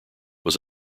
was